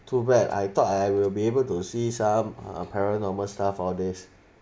too bad I thought I will be able to see some uh paranormal stuff all these